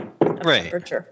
Right